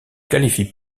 qualifient